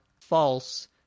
false